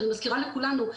אני מזכירה לכולנו.